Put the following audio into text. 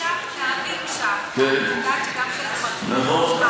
אם הקשבת, והקשבת, אני יודעת שגם, נכון.